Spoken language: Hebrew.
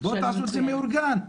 תעשו את זה מאורגן,